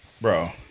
bro